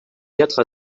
quatre